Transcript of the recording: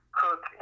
cook